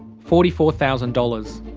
forty four thousand dollars.